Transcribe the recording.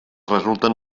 resulten